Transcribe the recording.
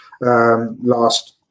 Last